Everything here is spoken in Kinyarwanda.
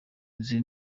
izi